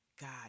God